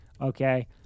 okay